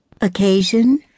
Occasion